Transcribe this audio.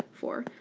four,